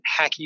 hacky